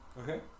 okay